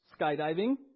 skydiving